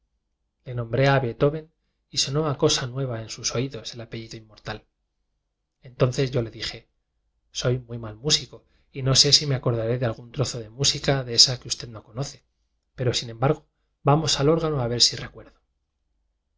beethoven y sonó a cosa nueva en sus oídos el apellido inmortal entonces yo le dije soy muy mal músico y no sé si me acordaré de algún trozo de música de esa que usted no conoce pero sin embargo vamos al órgano a ver si recuerdo